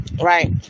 Right